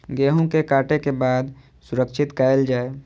गेहूँ के काटे के बाद सुरक्षित कायल जाय?